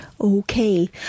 Okay